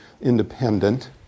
independent